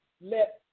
let